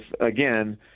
again